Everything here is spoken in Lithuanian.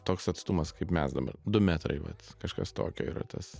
toks atstumas kaip mes dabar du metrai vat kažkas tokio yra tas